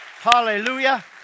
Hallelujah